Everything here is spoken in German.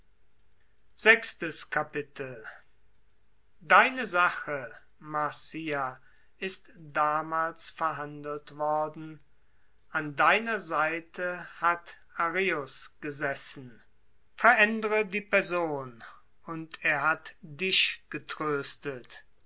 deine sache marcia ist damals verhandelt worden an deiner seite hat areus gesessen verändre die person und er hat dich getröstet